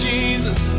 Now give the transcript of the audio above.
Jesus